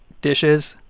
dishes?